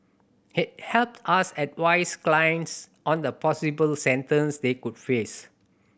it helps us advise clients on the possible sentence they could face